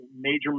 major